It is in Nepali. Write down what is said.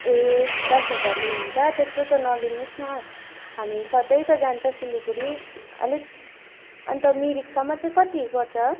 ए दस हजार लिनुहुन्छ त्यत्रो त नलिनुहोस् न हामी सधैँ त जान्छ सिलगढी अलिक अन्त मिरिकसम्म चाहिँ कति पर्छ